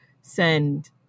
send